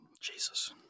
Jesus